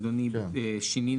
אדוני היושב ראש,